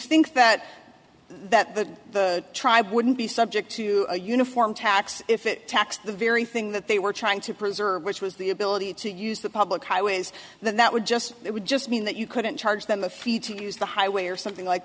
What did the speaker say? think that that the tribe wouldn't be subject to a uniform tax if it taxed the very thing that they were trying to preserve which was the ability to use the public highways then that would just it would just mean that you couldn't charge them a fee to use the highway or something like